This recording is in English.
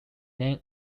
name